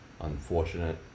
unfortunate